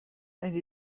eine